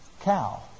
cow